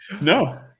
No